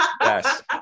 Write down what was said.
Yes